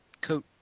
coat